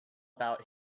about